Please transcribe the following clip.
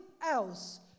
else